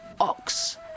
ox